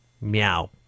Meow